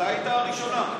מתי הייתה הראשונה?